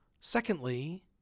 Secondly